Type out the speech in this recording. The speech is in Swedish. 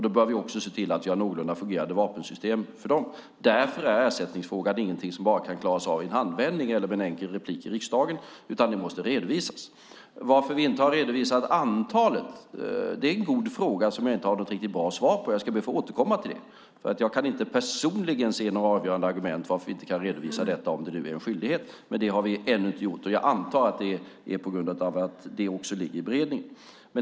Då bör vi också se till att vi har någorlunda fungerande vapensystem för dem, och därför är ersättningsfrågan inget som kan klaras av i en handvändning eller med ett enkelt inlägg i riksdagen. Den måste tvärtom redovisas. Varför vi inte har redovisat antalet är en god fråga som jag inte har något riktigt bra svar på och som jag ska be att få återkomma till. Jag kan nämligen inte personligen se några avgörande argument för att vi inte kan redovisa detta, om det nu är en skyldighet. Det har vi ännu inte gjort, och jag antar att det är på grund av att det också ligger i beredning.